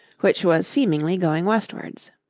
which was seemingly going westwards.